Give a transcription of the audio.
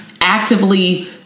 actively